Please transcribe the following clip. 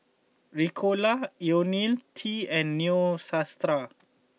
Ricola Ionil T and Neostrata